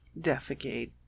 defecate